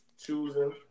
choosing